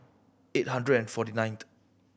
eight hundred and forty nineth